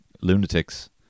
lunatics